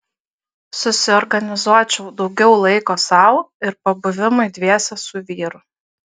susiorganizuočiau daugiau laiko sau ir pabuvimui dviese su vyru